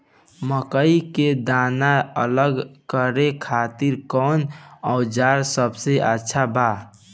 मकई के दाना अलग करे खातिर कौन औज़ार सबसे अच्छा बा?